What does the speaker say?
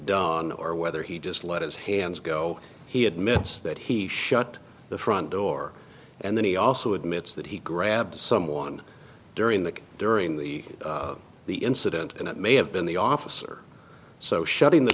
done or whether he just let his hands go he admits that he shut the front door and then he also admits that he grabbed someone during the during the the incident and it may have been the officer so shutting the